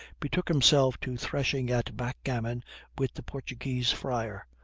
betook himself to threshing at backgammon with the portuguese friar,